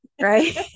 Right